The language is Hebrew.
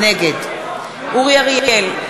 נגד אורי אריאל,